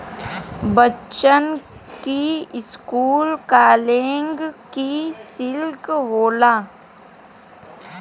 बच्चन की school college की सिल्क होला